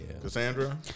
Cassandra